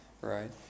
right